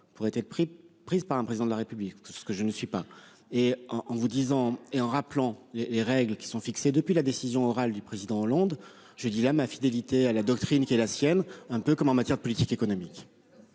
pourraient être pris prise par un président de la République. Ce que je ne suis pas et en en vous disant et en rappelant les règles qui sont fixées depuis la décision orale du président Hollande je dis là ma fidélité à la doctrine qui est la sienne, un peu comme en matière de politique économique.